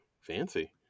Fancy